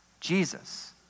Jesus